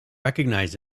recognize